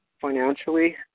financially